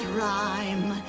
rhyme